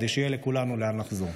כדי שיהיה לכולנו לאן לחזור.